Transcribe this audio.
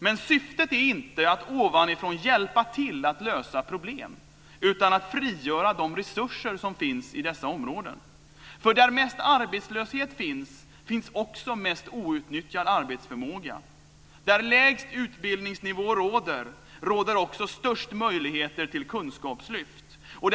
Men syftet är inte att ovanifrån hjälpa till att lösa problem utan att frigöra de resurser som finns i dessa områden. Där mest arbetslöshet finns finns också mest outnyttjad arbetsförmåga. Där lägst utbildningsnivå råder råder också störst möjligheter till kunskapslyft.